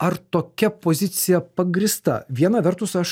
ar tokia pozicija pagrįsta viena vertus aš